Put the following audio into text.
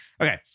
Okay